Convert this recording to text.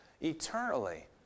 eternally